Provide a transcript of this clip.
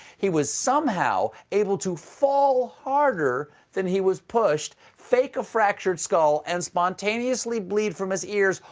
he was somehow able to fall harder than he was pushed, fake a fractured skull, and spontaneously bleed from his ears,